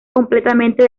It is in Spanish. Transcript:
completamente